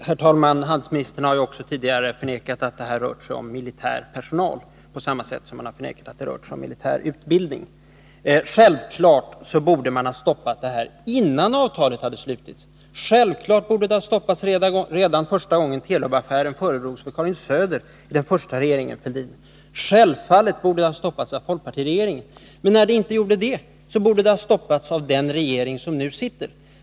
Herr talman! Handelsministern har ju också tidigare förnekat att det här rört sig om militär personal, på samma sätt som han har förnekat att det rört sig om militär utbildning. Självfallet borde man ha stoppat det här innan avtalet hade slutits. Självfallet borde det ha stoppats redan första gången Telubaffären föredrogs för Karin Söder i den första regeringen Fälldin. Självfallet borde det ha stoppats av folkpartiregeringen. Men när detta inte skedde borde det ha stoppats av den regering som nu sitter.